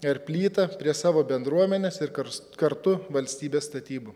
ar plytą prie savo bendruomenės ir kars kartu valstybės statybų